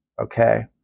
okay